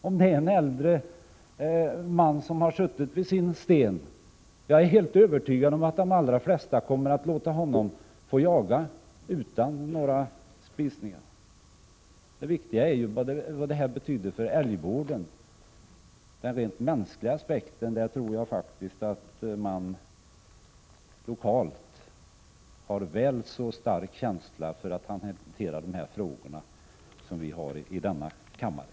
Om en äldre man har suttit på sitt pass, är jag helt övertygad om att man kommer att låta honom fortsätta att jaga utan några spisningar. Det viktiga är vad detta betyder för älgvården. Den rent mänskliga aspekten i dessa frågor tror jag att man lokalt har väl så stark känsla för att hantera som vi har i denna kammare.